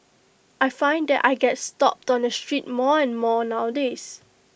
I find that I get stopped on the street more and more nowadays